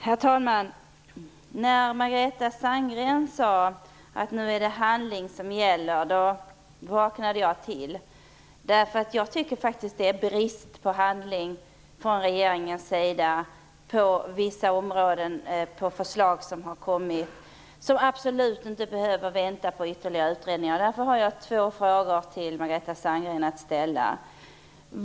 Herr talman! När Margareta Sandgren sade att det är handling som gäller vaknade jag till. Jag tycker att det är brist på handling från regeringens sida för vissa förslag där man absolut inte behöver vänta på ytterligare utredningar. Jag har några frågor att ställa till Margareta Sandgren.